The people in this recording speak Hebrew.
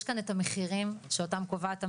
יש כאן את המחירים שאותם קובעת המדינה,